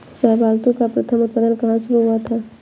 शाहबलूत का प्रथम उत्पादन कहां शुरू हुआ था?